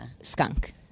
skunk